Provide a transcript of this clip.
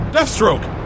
Deathstroke